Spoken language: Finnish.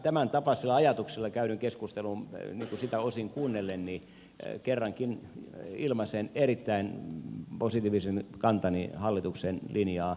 tämäntapaisella ajatuksella käytyä keskustelua osin kuunneltuani kerrankin ilmaisen erittäin positiivisen kantani hallituksen linjaan